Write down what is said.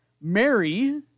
Mary